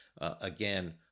Again